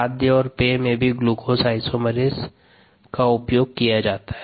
खाद्य और पेय में भी ग्लूकोज आइसोमेरेस किया जाता है